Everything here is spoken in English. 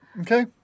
Okay